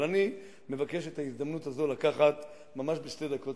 אבל אני מבקש את ההזדמנות הזו לקחת ממש בשתי דקות,